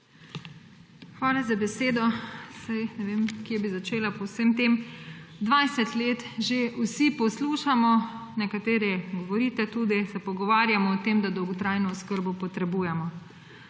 Hvala za besedo. Saj ne vem, kje bi začela po vsem tem. 20 let že vsi poslušamo, nekateri govorite tudi, se pogovarjamo o tem, da dolgotrajno oskrbo potrebujemo.